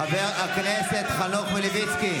חבר הכנסת מלביצקי,